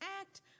act